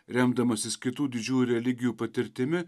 remdamasis kitų didžiųjų religijų patirtimi